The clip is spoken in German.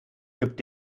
gibt